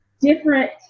different